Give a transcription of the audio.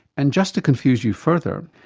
and just to confuse you further,